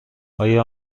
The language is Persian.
آیا